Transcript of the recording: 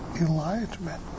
enlightenment